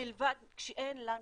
מלבד כשאין לנו